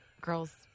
girls